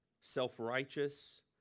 self-righteous